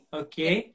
okay